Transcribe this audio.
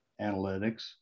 analytics